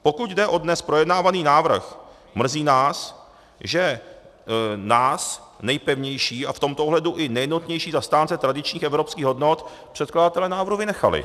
Pokud jde o dnes projednávaný návrh, mrzí nás, že nás, nejpevnější a v tomto ohledu i nejjednotnější zastánce tradičních evropských hodnot, předkladatelé návrhu vynechali.